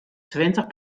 twintich